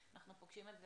אנחנו פוגשים את זה,